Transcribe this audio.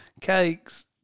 cakes